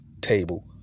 table